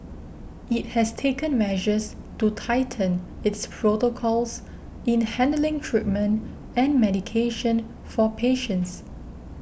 it has taken measures to tighten its protocols in handling treatment and medication for patients